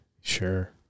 Sure